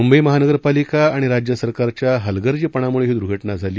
मुंबई महानगर पालिकेच्या राज्यसरकारच्या हलगर्जीपणामुळे ही दुर्घटना झाली